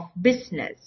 business